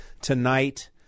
tonight